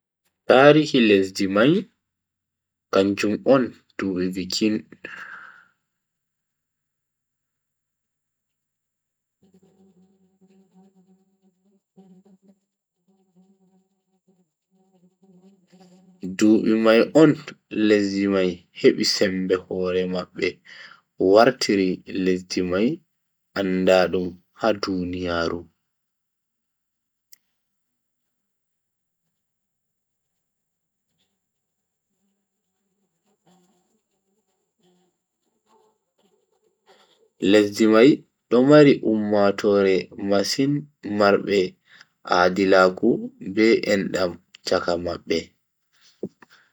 Tarihi lesdi mai kanjum on dubi. dubi mai on lesdi mai hebi sembe hore mabbe wartiri lesdi mai andaadum ha duniyaaru. lesdi mai do mari ummatoore masin marbe aadilaaku be endam chaka mabbe.